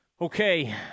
Okay